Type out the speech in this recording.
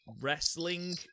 wrestling